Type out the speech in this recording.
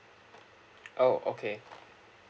oh okay